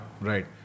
right